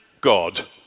god